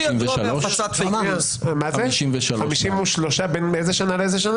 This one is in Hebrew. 53. בין איזו שנה לאיזו שנה?